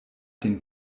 den